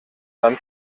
dann